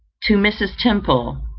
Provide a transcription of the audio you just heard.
to mrs. temple.